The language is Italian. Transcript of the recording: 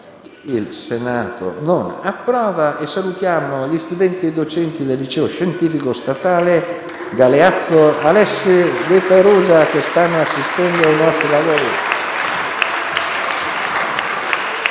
A nome dell'Assemblea, saluto gli studenti e i docenti del Liceo scientifico statale «Galeazzo Alessi» di Perugia, che stanno assistendo ai nostri lavori.